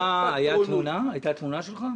הייתה תמונה שלך?